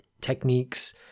techniques